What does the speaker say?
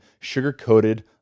sugar-coated